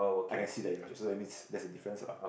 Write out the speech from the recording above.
I can see that yours so that's means there's a difference ah